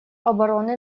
обороны